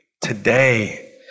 Today